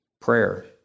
prayer